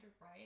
right